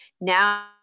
Now